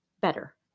Better